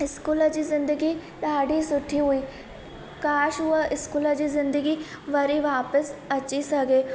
school जी ज़िंदगी ॾाढी सुठी हुई काश उहा स्कूल जी ज़िंदगी वरी वापसि अची सघे